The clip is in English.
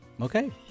okay